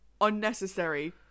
Unnecessary